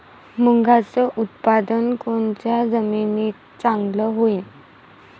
मुंगाचं उत्पादन कोनच्या जमीनीत चांगलं होईन?